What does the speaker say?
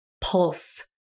pulse